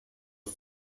are